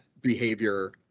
behavior